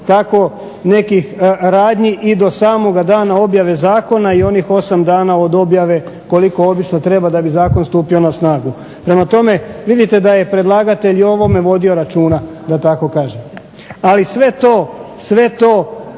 tako nekih radnji i do samoga dana objave zakona i onih 8 dana od objave koliko obično treba da bi zakon stupio na snagu. Prema tome, vidite da je predlagatelj i o ovome vodio računa da tako kažem. Ali sve to podliježe